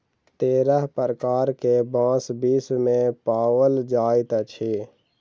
तेरह प्रकार के बांस विश्व मे पाओल जाइत अछि